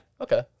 Okay